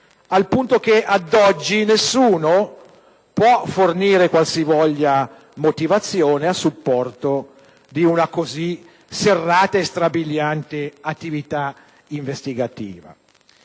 al punto che ad oggi nessuno può fornire qualsivoglia motivazione a supporto di una così serrata e strabiliante attività investigativa.